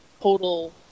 total